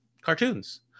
cartoons